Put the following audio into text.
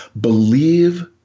believe